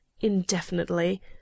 indefinitely